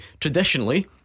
Traditionally